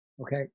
okay